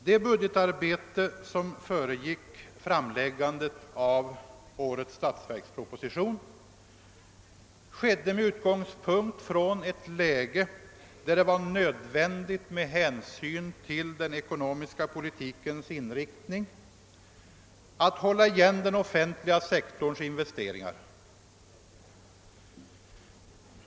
Det budgetarbete som föregick framläggandet av årets statsverksproposition bedrevs med utgångspunkt i ett läge där det med hänsyn till den ekonomiska politikens inriktning var nödvändigt att hålla igen den offentliga sektorns investeringar.